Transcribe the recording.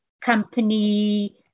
Company